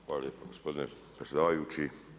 Hvala lijepo gospodine predsjedavajući.